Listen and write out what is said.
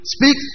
Speak